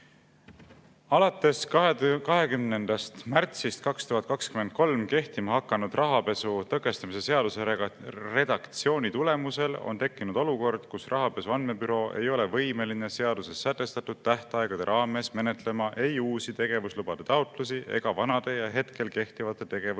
Alates 20. märtsist 2023 kehtima hakanud rahapesu tõkestamise seaduse redaktsiooni tulemusel on tekkinud olukord, kus Rahapesu Andmebüroo ei ole võimeline seaduses sätestatud tähtaegade raames menetlema ei uusi tegevuslubade taotlusi ega vanade ja hetkel kehtivate tegevuslubade